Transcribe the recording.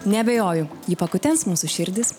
neabejoju ji pakutens mūsų širdis